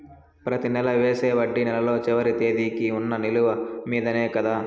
ప్రతి నెల వేసే వడ్డీ నెలలో చివరి తేదీకి వున్న నిలువ మీదనే కదా?